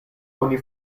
oni